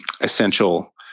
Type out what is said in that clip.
essential